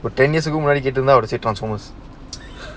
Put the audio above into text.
for ten years ago already get to notice a transformers